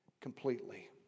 completely